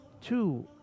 two